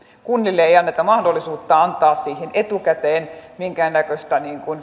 kunnille ei anneta mahdollisuutta antaa siihen etukäteen minkäännäköistä